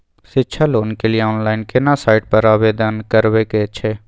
शिक्षा लोन के लिए ऑनलाइन केना साइट पर आवेदन करबैक छै?